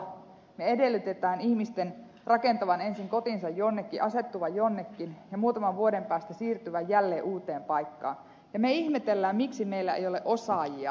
me edellytämme ihmisten rakentavan ensin kotinsa jonnekin asettuvan jonnekin ja muutaman vuoden päästä siirtyvän jälleen uuteen paikkaan ja me ihmettelemme miksi meillä ei ole osaajia taitavia ihmisiä